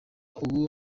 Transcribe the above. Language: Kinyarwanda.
ubu